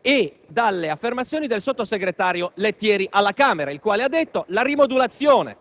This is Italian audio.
e dalle affermazioni del sottosegretario Lettieri alla Camera, il quale ha detto che la rimodulazione